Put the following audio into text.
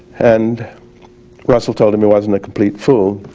and russell told him he wasn't a complete fool,